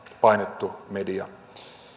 painettu media